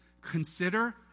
Consider